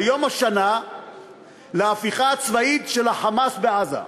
זה יום השנה להפיכה הצבאית של ה"חמאס" בעזה.